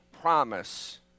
promise